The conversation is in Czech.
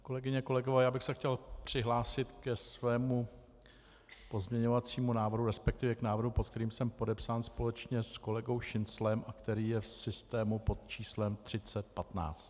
Kolegyně a kolegové, já bych se chtěl přihlásit ke svému pozměňovacímu návrhu, resp k návrhu, pod kterým jsem podepsán společně s kolegou Šinclem a který je v systému pod číslem 3015.